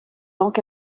donc